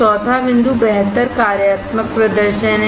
चौथा बिंदु बेहतर कार्यात्मक प्रदर्शन है